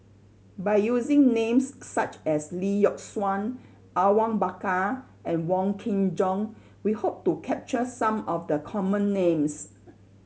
by using names such as Lee Yock Suan Awang Bakar and Wong Kin Jong we hope to capture some of the common names